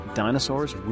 dinosaurs